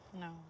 No